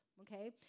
okay